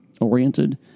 oriented